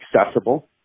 accessible